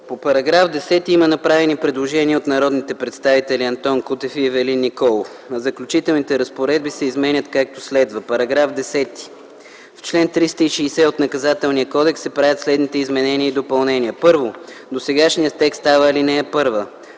По § 10 има направени предложения от народните представители Антон Кутев и Ивелин Николов – Заключителните разпоредби се изменят, както следва: „§ 10. В чл. 360 от Наказателния кодекс се правят следните изменения и допълнения: 1. Досегашният текст става ал. 1.